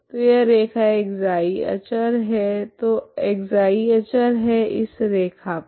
तो यह रैखा ξ अचर है तो ξ अचर है इस रैखा पर